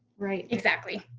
right. exactly.